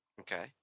Okay